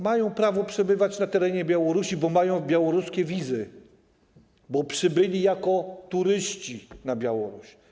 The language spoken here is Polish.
Mają prawo przebywać na terenie Białorusi, bo mają białoruskie wizy, bo przybyli jako turyści na Białoruś.